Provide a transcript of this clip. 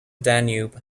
danube